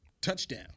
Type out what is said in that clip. Touchdown